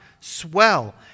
swell